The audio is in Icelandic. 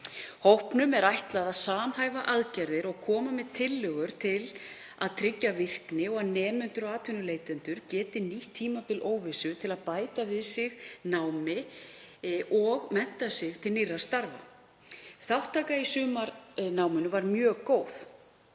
Hópnum er ætlað að samhæfa aðgerðir og koma með tillögur til að tryggja virkni og að nemendur og atvinnuleitendur geti nýtt tímabil óvissu til að bæta við sig námi og mennta sig til nýrra starfa. Þátttaka í sumarnáminu var mjög góð.